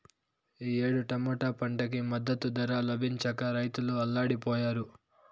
ఈ ఏడు టమాటా పంటకి మద్దతు ధర లభించక రైతులు అల్లాడిపొయ్యారు